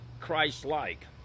christ-like